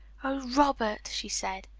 oh, robert! she said.